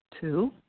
Two